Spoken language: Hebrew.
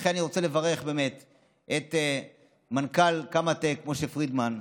לכן אני רוצה לברך את מנכ"ל קמא-טק משה פרידמן,